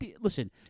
Listen